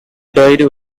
died